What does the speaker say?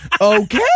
Okay